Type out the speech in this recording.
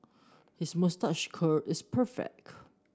his moustache curl is perfect